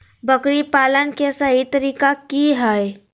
बकरी पालन के सही तरीका की हय?